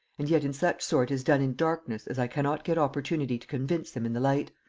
and yet in such sort is done in darkness as i cannot get opportunity to convince them in the light.